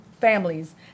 families